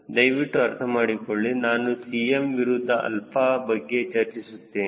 ದಯವಿಟ್ಟು ಅರ್ಥ ಮಾಡಿಕೊಳ್ಳಿ ನಾನು Cm ವಿರುದ್ಧ 𝛼 ಬಗ್ಗೆ ಚರ್ಚಿಸುತ್ತೇನೆ